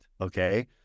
Okay